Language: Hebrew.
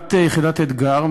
לטענת יחידת "אתגר",